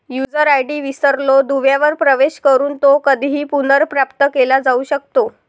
user ID विसरलो दुव्यावर प्रवेश करून तो कधीही पुनर्प्राप्त केला जाऊ शकतो